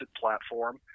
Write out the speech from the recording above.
platform